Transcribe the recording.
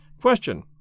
Question